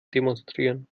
demonstrieren